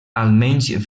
almenys